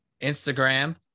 Instagram